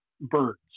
birds